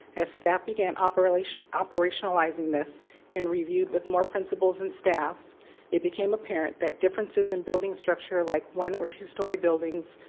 as staff began um operationalizing this in review with more principals and staff became apparent that differences in building structure like one or two story buildings,